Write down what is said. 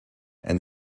and